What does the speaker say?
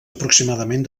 aproximadament